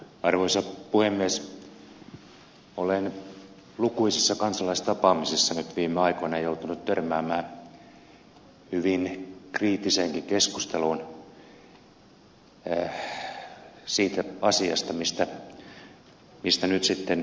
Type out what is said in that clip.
olen lukuisissa kansalaistapaamisissa nyt viime aikoina joutunut törmäämään hyvin kriittiseenkin keskusteluun siitä asiasta mistä nyt sitten keskustellaan